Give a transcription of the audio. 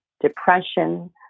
depression